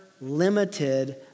limited